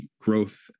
growth